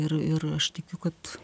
ir ir aš tikiu kad